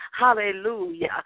hallelujah